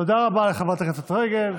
תודה רבה לחברת הכנסת רגב.